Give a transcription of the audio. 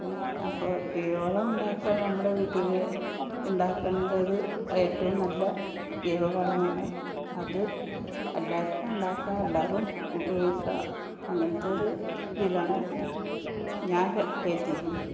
അപ്പോൾ ജൈവവളം ഉണ്ടാക്കുക ഞമ്മടെ വീട്ടിൽ ഉണ്ടാക്കേണ്ടത് ഏറ്റോം നല്ല ജൈവ വളമാണ് അത് എല്ലാവർക്കും ഉണ്ടാക്കാം എല്ലാവരും ഉപയോഗിക്കുക അങ്ങനത്തൊരു ഇതിലാണ് ഞാൻ കേറ്റിക്ണ്ട്